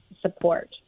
support